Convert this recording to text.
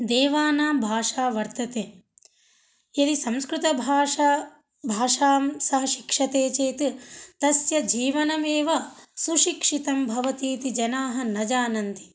देवानां भाषा वर्तते यदि संस्कृतभाषा भाषां सः शिक्षते चेत् तस्य जीवनमेव सुशिक्षितं भवति इति जनाः न जानन्ति